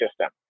system